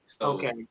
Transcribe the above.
Okay